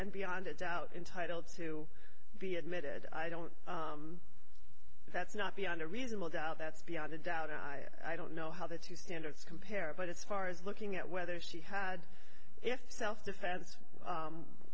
and beyond a doubt entitled to be admitted i don't that's not beyond a reasonable doubt that's beyond a doubt and i i don't know how the two standards compare but as far as looking at whether she had if self defense